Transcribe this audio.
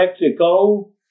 Mexico